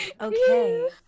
okay